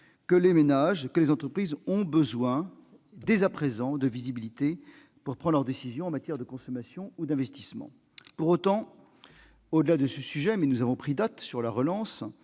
que les ménages et les entreprises ont besoin dès à présent de visibilité pour prendre leurs décisions en matière d'investissement et de consommation. Pour autant, au-delà de ce sujet- nous avons pris date sur la relance